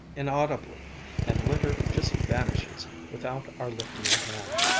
inaudibly and litter just vanishes without our lifting a hand.